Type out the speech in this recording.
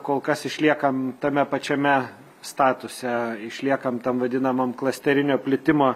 kol kas išliekam tame pačiame statuse išliekam tam vadinamam klasterinio plitimo